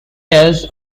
tears